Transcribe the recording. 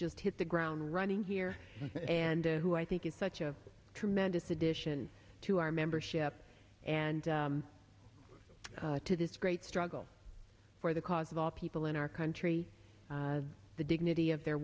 just hit the ground running here and who i think is such a tremendous addition to our membership and to this great struggle for the cause of all people in our country the dignity of their